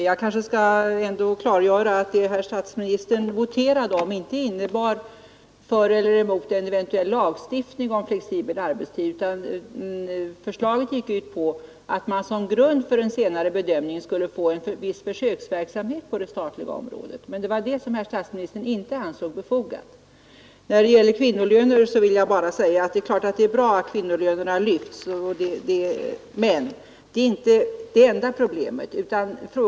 Herr talman! Jag vill klargöra att det herr statsministern voterade om inte var förslag för eller emot en lagstiftning om flexibel arbetstid. Förslaget gick ut på att man som grund för en senare bedömning skulle få till stånd en viss försöksverksamhet på det statliga området, och det var det som herr statsministern inte ansåg befogat. Det är klart att det är bra att kvinnolönerna lyfts. Men det är inte det enda problemet i sammanhanget.